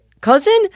cousin